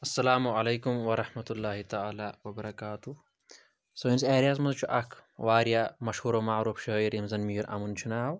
اسلامُ علیکُم وَرحمتُہ اللہ تعالیٰ وَبَرَکاتُہ سٲنِس ایریاہَس منٛز چھُ اَکھ واریاہ مَشہوٗر و معروٗف شٲعر ییٚمِس زَن میٖر اَمُن چھُ ناو